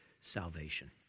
salvation